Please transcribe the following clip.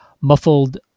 muffled